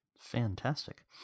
Fantastic